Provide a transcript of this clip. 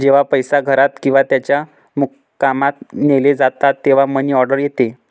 जेव्हा पैसे घरात किंवा त्याच्या मुक्कामात नेले जातात तेव्हा मनी ऑर्डर येते